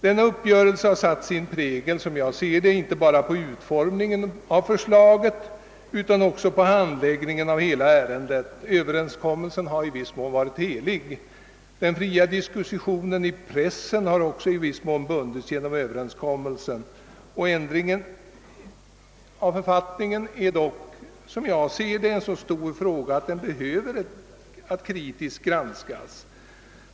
Denna uppgörelse har satt sin prägel, som jag ser det, inte bara på utformningen av förslaget utan också på handläggningen av hela ärendet. Överenskommelsen har i viss mån varit helig. Den fria diskussionen i pressen har också i viss mån bundits genom överenskommelsen. Ändringen av författningen är dock en så stor fråga att den bör kritiskt granskas.